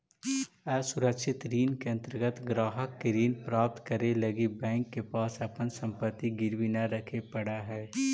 असुरक्षित ऋण के अंतर्गत ग्राहक के ऋण प्राप्त करे लगी बैंक के पास अपन संपत्ति गिरवी न रखे पड़ऽ हइ